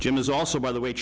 jim is also by the way